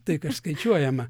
tai kas skaičiuojama